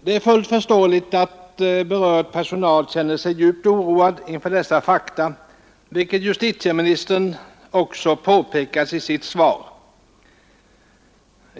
Det är fullt förståeligt att berörd personal känner sig djupt oroad inför dessa fakta, vilket justitieministern också påpekat i sitt svar.